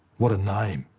what a name.